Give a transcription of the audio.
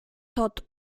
todt